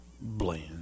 Bland